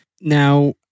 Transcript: Now